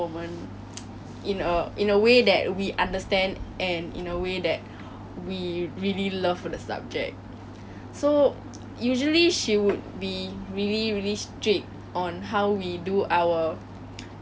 do exam papers every single lesson actually I think that 我很喜欢那个 bio 老师是因为我喜欢 bio itself